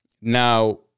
Now